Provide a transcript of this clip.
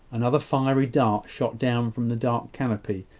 another fiery dart shot down from the dark canopy,